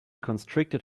constricted